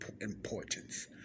importance